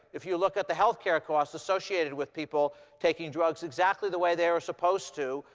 if you look at the health care costs associated with people taking drugs exactly the way they were supposed to,